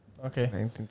Okay